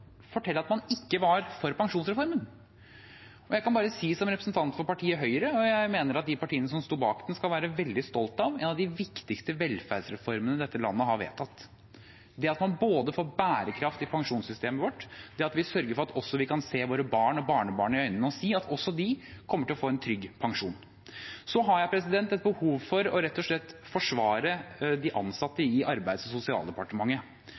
fortelle at man ikke var for pensjonsreformen. Jeg kan bare si som representant for partiet Høyre at jeg mener at de partiene som sto bak den, skal være veldig stolt av en av de viktigste velferdsreformene dette landet har vedtatt – det at man får bærekraft i pensjonssystemet vårt, og at vi sørger for at vi kan se våre barn og barnebarn i øynene og si at også de kommer til å få en trygg pensjon. Så har jeg et behov for rett og slett å forsvare de ansatte i Arbeids- og sosialdepartementet.